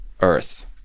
Earth